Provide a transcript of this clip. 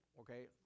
okay